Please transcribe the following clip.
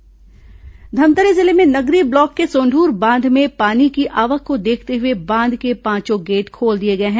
सोंढूर बांध गेट धमतरी जिले में नगरी ब्लॉक के सोंद्र बांध में पानी की आवक को देखते हुए बांध के पांचों गेट खोल दिए गए हैं